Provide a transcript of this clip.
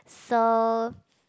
so